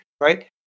right